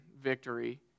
victory